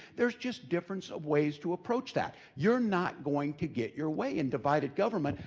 there's just difference of ways to approach that! you're not going to get your way in divided government.